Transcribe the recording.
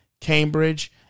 Cambridge